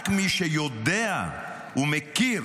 רק מי שיודע ומכיר